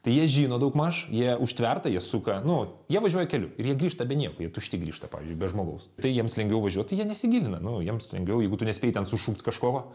tai jie žino daugmaž jie užtverta jie suka nu jie važiuoja keliu ir jie grįžta be nieko jie tušti grįžta pavyzdžiui be žmogaus tai jiems lengviau važiuoti jie nesigilina nu jiems lengviau jeigu tu nespėjai ten sušukt kažko va